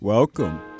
Welcome